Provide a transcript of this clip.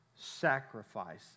sacrifice